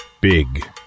Big